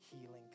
healing